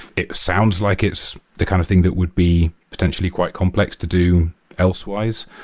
it sounds like it's the kind of thing that would be potentially quite complex to do elsewise,